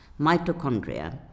mitochondria